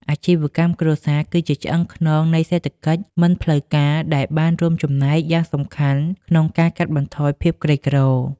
អាជីវកម្មគ្រួសារ គឺជាឆ្អឹងខ្នងនៃសេដ្ឋកិច្ចមិនផ្លូវការ ដែលបានរួមចំណែកយ៉ាងសំខាន់ក្នុងការកាត់បន្ថយភាពក្រីក្រ។